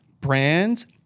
brands